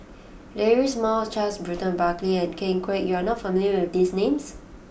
Deirdre Moss Charles Burton Buckley and Ken Kwek you are not familiar with these names